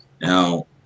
now